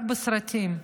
רק בסרטים,